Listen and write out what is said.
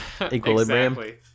Equilibrium